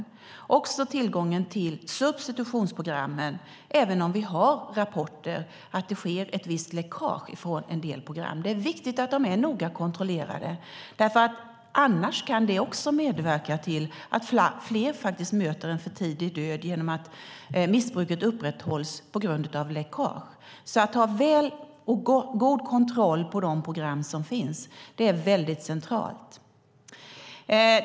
Det gäller också tillgången till substitutionsprogrammen, även om det finns rapporter om att det sker ett visst läckage från en del program. Det är viktigt att de är noga kontrollerade. Annars kan de också medverka till att fler möter en för tidig död genom att missbruket upprätthålls på grund av läckage. En god kontroll av de program som finns är central.